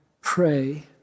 pray